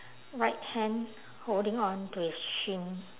right hand holding on to his chin